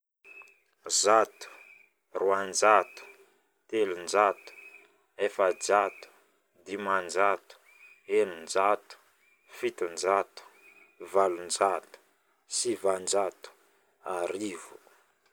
Zato, roajanto, telonjato, efajato, dimanjato, eninjato, fitonjato, valonjato, sivanjato, arivo.